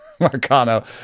Marcano